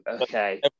okay